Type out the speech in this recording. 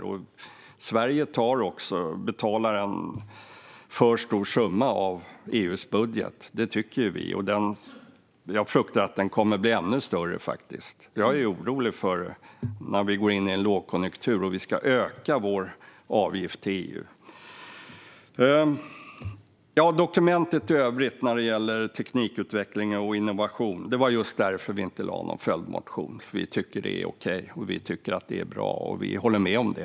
Vi tycker att Sverige betalar en för stor summa av EU:s budget, och jag fruktar att den kommer att bli ännu större. Jag är orolig för när vi går in i en lågkonjunktur och ska öka vår avgift till EU. När det gäller teknikutveckling och innovation i dokumentet i övrigt tycker vi att det är okej, och det var därför vi inte väckte någon följdmotion. Vi tycker att det är bra, och vi håller med om det.